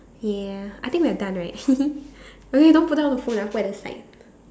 yeah I think we are done right okay don't put down the phone I'll put at the side